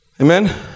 Amen